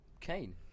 Kane